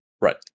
right